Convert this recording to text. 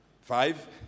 Five